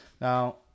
now